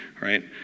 right